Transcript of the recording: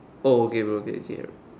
oh okay bro okay okay